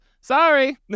Sorry